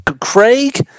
Craig